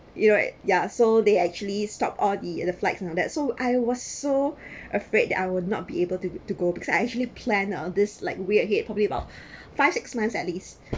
you know yeah so they actually stop all the the flights from that so I was so afraid that I would not be able to to go because I actually plan on this like way ahead probably about five six months at least